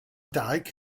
dyke